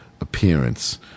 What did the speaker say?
appearance